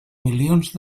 milions